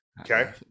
okay